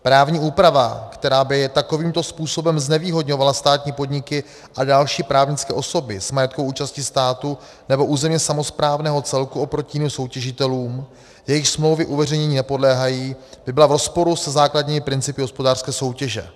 Právní úprava, která by takovýmto způsobem znevýhodňovala státní podniky a další právnické osoby s majetkovou účastí státu nebo územně samosprávného celku oproti jiným soutěžitelům, jejichž smlouvy uveřejnění nepodléhají, by byla v rozporu se základními principy hospodářské soutěže.